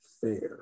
fair